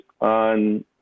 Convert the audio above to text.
on